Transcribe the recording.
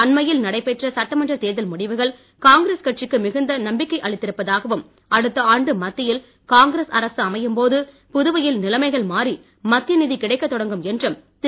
அண்மையில் நடைபெற்ற சட்டமன்றத் தேர்தல் முடிவுகள் காங்கிரஸ் கட்சிக்கு மிகுந்த நம்பிக்கை அளித்திருப்பதாகவும் அடுத்த ஆண்டு மத்தியில் காங்கிரஸ் அரசு அமையம்போது புதுவையில் நிலைமைகள் மாறி மத்திய நிதி கிடைக்கத் தொடங்கும் என்றும் திரு